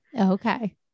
Okay